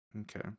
Okay